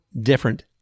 different